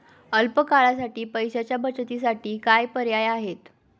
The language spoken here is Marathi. अल्प काळासाठी पैशाच्या बचतीसाठी काय पर्याय आहेत?